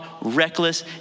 reckless